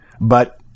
but-